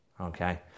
okay